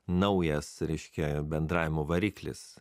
naujas reiškia bendravimo variklis